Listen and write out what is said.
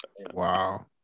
Wow